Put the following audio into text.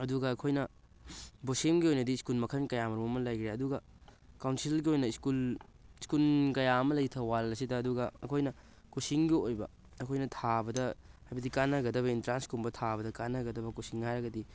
ꯑꯗꯨꯒ ꯑꯩꯈꯣꯏꯅ ꯕꯣꯁꯦꯝꯒꯤ ꯑꯣꯏꯅꯗꯤ ꯁ꯭ꯀꯨꯜ ꯃꯈꯜ ꯀꯌꯥ ꯃꯔꯣꯝ ꯂꯩꯈ꯭ꯔꯦ ꯑꯗꯨꯒ ꯀꯥꯎꯟꯁꯤꯜꯒꯤ ꯑꯣꯏꯅ ꯁ꯭ꯀꯨꯜ ꯁ꯭ꯀꯨꯜ ꯀꯌꯥ ꯑꯃ ꯂꯩ ꯊꯧꯕꯥꯜ ꯑꯁꯤꯗ ꯑꯗꯨꯒ ꯑꯩꯈꯣꯏꯅ ꯀꯣꯆꯤꯡꯒꯤ ꯑꯣꯏꯕ ꯑꯩꯈꯣꯏꯅ ꯊꯥꯕꯗ ꯍꯥꯏꯕꯗꯤ ꯀꯥꯟꯅꯒꯗꯕ ꯑꯦꯟꯇ꯭ꯔꯥꯟꯁ ꯀꯨꯝꯕ ꯊꯥꯕꯗ ꯀꯥꯟꯅꯒꯗꯕ ꯀꯣꯆꯤꯡ ꯍꯥꯏꯔꯒꯗꯤ